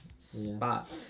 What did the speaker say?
Spot